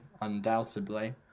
undoubtedly